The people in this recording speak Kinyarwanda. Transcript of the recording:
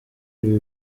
ibi